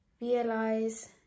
realize